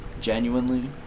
genuinely